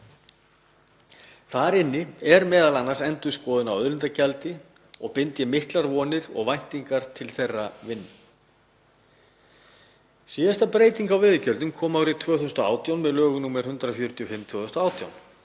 Þar inni er m.a. endurskoðun á auðlindagjaldi og bind ég miklar vonir og væntingar til þeirrar vinnu. Síðasta breyting á veiðigjaldi kom árið 2018 með lögum nr. 145/2018.